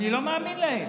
אני לא מאמין להם.